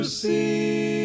see